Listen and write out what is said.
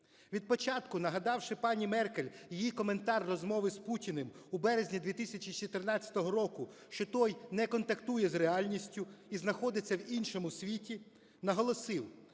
Від початку, нагадавши пані Меркель її коментар розмови з Путіним у березні 2014 року, що той не контактує з реальністю і знаходиться в іншому світі, наголосив,